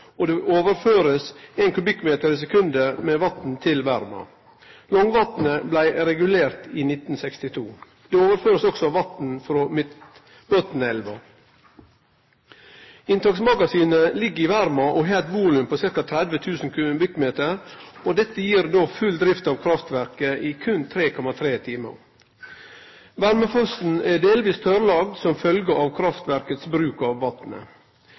og det blir overført 1 m3 i sekundet med vatn til Verma. Langvatn blei regulert i 1962. Det blir også overført vatn frå Midtbotnelva. Inntaksmagasinet ligg i Verma og har eit volum på ca. 30 000 m3. Dette gir full drift av kraftverket i berre 3,3 timar. Vermafossen er delvis tørrlagd som følgje av kraftverkets bruk av vatnet.